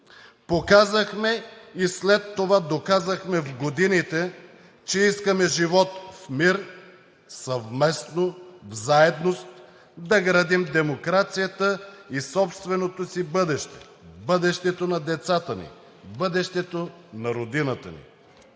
Показахме и след това доказахме в годините, че искаме живот в мир, съвместно, в заедност да градим демокрацията и собственото си бъдеще – бъдещето на децата ни, бъдещето на родината ни.